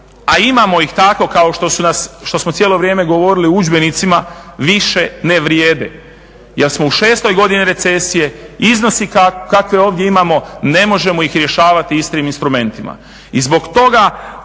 a imamo ih tako kao što su nas, što smo cijelo vrijeme govorili u udžbenicima, više ne vrijede jer smo u 6 godini recesije, iznosi kakve ovdje imamo ne možemo ih rješavati istim instrumentima.